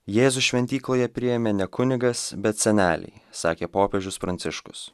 jėzų šventykloje priėmė ne kunigas bet seneliai sakė popiežius pranciškus